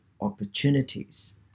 opportunities